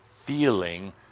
feeling